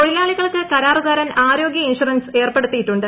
തൊഴിലാളികൾക്ക് കരാറുകാരൻ ആരോഗ്യ ഇൻഷുറൻസ് ഏർപ്പെടുത്തിയിട്ടുണ്ട്